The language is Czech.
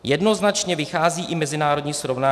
Jednoznačně vychází i mezinárodní srovnání.